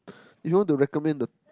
if you want to recommend the